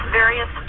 various